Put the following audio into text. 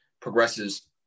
progresses